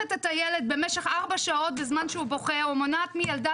את הילד במשך 4 שעות בזמן שהוא בוכה או מונעת מילדה